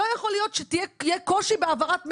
לא יכול להיות שיהיה קושי בהעברת מידע.